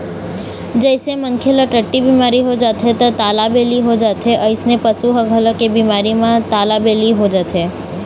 जइसे मनखे ल टट्टी बिमारी हो जाथे त तालाबेली हो जाथे अइसने पशु ह घलोक ए बिमारी म तालाबेली हो जाथे